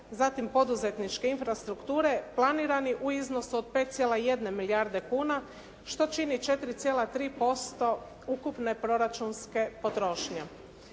zatim poduzetničke infrastrukture planirani u iznosu od 5,1 milijarde kuna što čini 4,3% ukupne proračunske potrošnje.